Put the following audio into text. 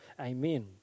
amen